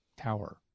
Tower